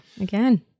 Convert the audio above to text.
again